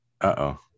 Uh-oh